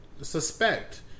suspect